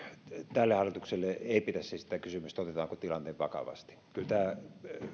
tälle hallitukselle ei pidä esittää kysymystä otetaanko tilanne vakavasti kyllä tämä päättynyt